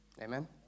Amen